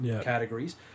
categories